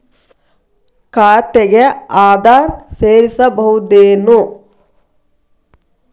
ಖಾತೆಗೆ ಆಧಾರ್ ಸೇರಿಸಬಹುದೇನೂ?